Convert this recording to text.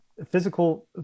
Physical